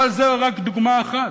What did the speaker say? אבל זו רק דוגמה אחת,